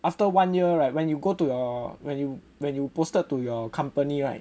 after one year right when you go to your when you when you were posted to your company right